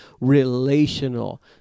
relational